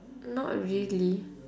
not really